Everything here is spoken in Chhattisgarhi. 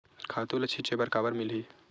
खातु ल छिंचे बर काबर मिलही?